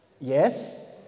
Yes